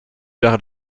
wäre